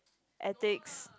ethics